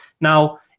Now